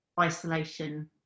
isolation